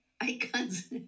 icons